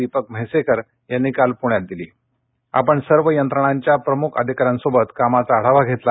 दप्रिक म्हैसेकर यांना काल पुण्यात दिला आपण सर्व यंत्रणांच्या प्रमुख अधिकाऱ्यांसोबत कामाचा आढावा घेतला